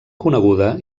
coneguda